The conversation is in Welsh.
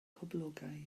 poblogaidd